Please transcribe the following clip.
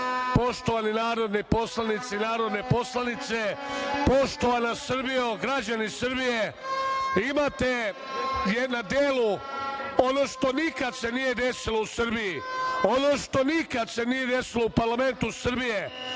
poštovani narodni poslanici i narodne poslanice, poštovana Srbijo, građani Srbije, imate na delu ono što se nikad nije desilo u Srbiji, ono što se nikad nije desilo u parlamentu Srbije.